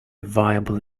viable